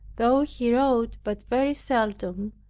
though he wrote but very seldom,